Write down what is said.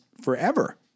forever